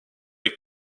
est